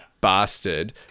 bastard